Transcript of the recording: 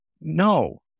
No